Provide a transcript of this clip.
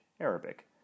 Arabic